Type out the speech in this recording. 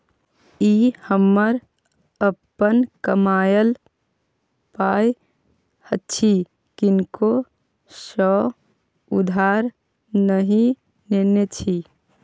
ई हमर अपन कमायल पाय अछि किनको सँ उधार नहि नेने छी